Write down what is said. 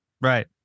right